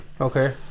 Okay